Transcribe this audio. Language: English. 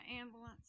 ambulance